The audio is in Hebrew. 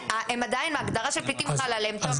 עדיין ההגדרה של פליטים חל עליהם, תומר.